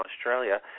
Australia